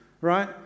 right